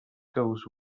goes